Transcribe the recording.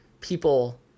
people